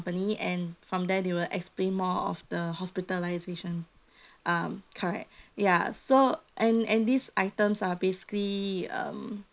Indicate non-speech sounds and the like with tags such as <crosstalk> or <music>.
and from there they will explain more of the hospitalisation <breath> um correct ya so and and these items are basically um